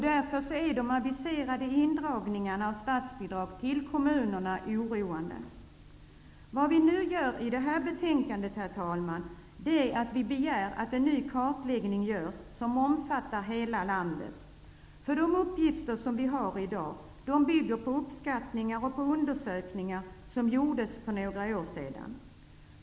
Därför är de aviserade indragningarna av statsbidrag till kommunerna oroande. I det här betänkandet begär vi att det görs en ny kartläggning som omfattar hela landet. De uppgifter som vi i dag har bygger nämligen på uppskattningar och på undersökningar som gjordes för några år sedan.